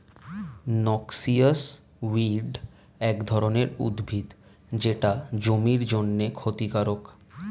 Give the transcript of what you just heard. noxious weed এক ধরনের উদ্ভিদ যেটা জমির জন্যে ক্ষতিকারক